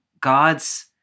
God's